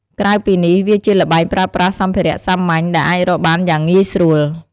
ក្រៅពីនេះ វាជាល្បែងប្រើប្រាស់សម្ភារៈសាមញ្ញ ដែលអាចរកបានយ៉ាងងាយស្រួល។